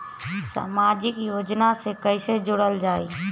समाजिक योजना से कैसे जुड़ल जाइ?